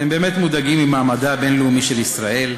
אתם באמת מודאגים ממעמדה הבין-לאומי של ישראל?